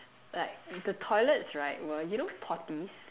like the toilets right were you know potties